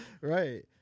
Right